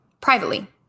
privately